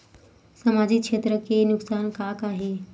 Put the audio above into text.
सामाजिक क्षेत्र के नुकसान का का हे?